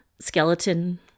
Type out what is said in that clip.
skeleton